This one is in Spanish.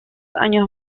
años